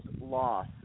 loss